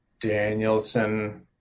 Danielson